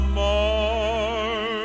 more